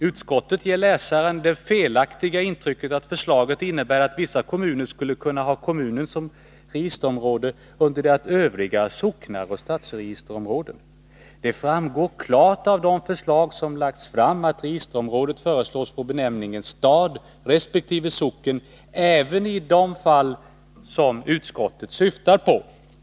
Utskottet ger läsaren det felaktiga intrycket att förslaget innebär att vissa kommuner skulle kunna ha kommunen som registerområde under det att Övriga har socknar och stadsregisterområden. Det framgår klart av de förslag som lagts fram att registerområdet föreslås få benämningen stad resp. socken även i de fall utskottet syftar på.